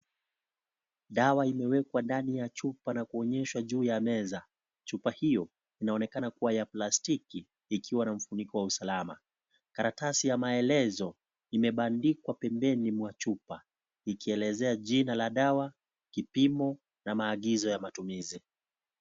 Dawa imewekwa ndani ya chupa na kuonyeshwa juu ya meza. chupa hiyo inaonekana ya plastiki ikiwa na ufunuki wa usalama karatasi ya maelezo imebandikwa pembeni mwa chupa ikielezea jina ya dawa kipimo na maagizo ya matumizi.